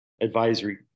advisory